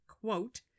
quote